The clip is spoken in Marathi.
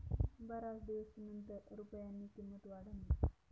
बराच दिवसनंतर रुपयानी किंमत वाढनी